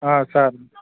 sir